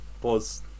pause